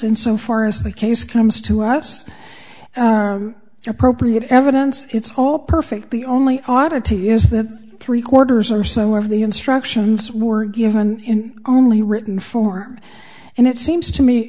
in so far as the case comes to us appropriate evidence it's all perfect the only oddity is that three quarters or so of the instructions were given in only written form and it seems to me